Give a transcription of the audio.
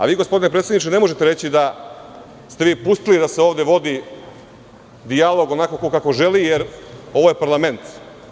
A vi, gospodine predsedniče, ne možete reći da ste vi pustili da se ovde vodi dijalog ko kako želi, jer ovo je parlament.